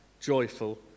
joyful